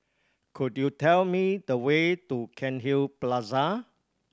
could you tell me the way to Cairnhill Plaza